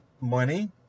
money